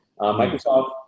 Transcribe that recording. Microsoft